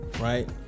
right